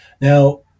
Now